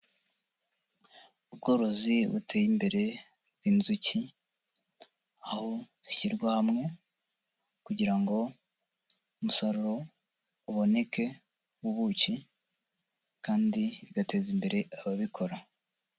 Ubworozi buteye imbere, inzuki, aho zishyirwa hamwe kugira ngo umusaruro uboneke, w'ubuki, kandi bigateza imbere ababikora.